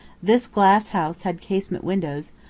this glass-house had casement windows,